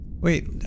Wait